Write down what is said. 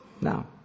Now